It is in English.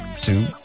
two